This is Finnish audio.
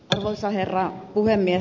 arvoisa herra puhemies